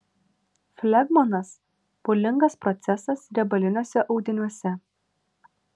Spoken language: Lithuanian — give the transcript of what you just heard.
flegmonas pūlingas procesas riebaliniuose audiniuose